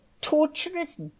torturous